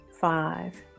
five